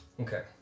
Okay